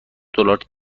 دلار